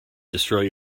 destroy